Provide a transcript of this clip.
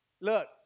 Look